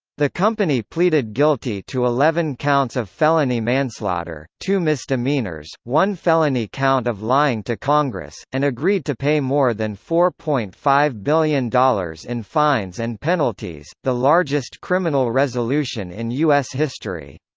the company pleaded guilty to eleven counts of felony manslaughter, two misdemeanors, one felony count of lying to congress, and agreed to pay more than four point five billion dollars in fines and penalties, the largest criminal resolution in us history.